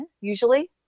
usually